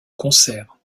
concerts